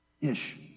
Ish